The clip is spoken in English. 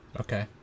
Okay